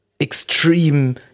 extreme